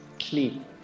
Sleep